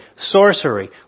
sorcery